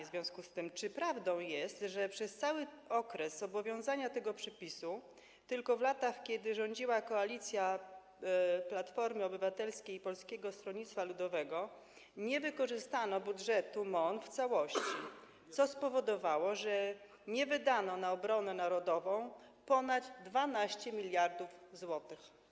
W związku z tym mam pytanie: Czy prawdą jest, że przez cały okres obowiązywania tego przepisu tylko w latach, kiedy rządziła koalicja Platformy Obywatelskiej i Polskiego Stronnictwa Ludowego, nie wykorzystano budżetu MON w całości, co spowodowało, że nie wydano na obronę narodową ponad 12 mld zł?